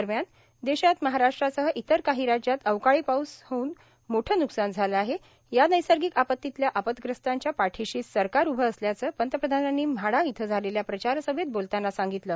दरम्यान देशात महाराष्ट्रासह इतर काही राज्यात अवकाळी पाऊस होऊन मोठं न्कसान झालं या नैसर्गिक आपत्तीतल्या आपदग्रस्तांच्या पाठीशी सरकार उभं असल्याचं पंतप्रधानांनी म्हाडा इथं झालेल्या प्रचारसभेत बोलतांना सांगितलं